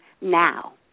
now